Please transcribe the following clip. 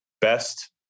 best